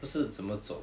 不是怎么走